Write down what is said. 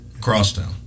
Crosstown